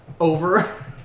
over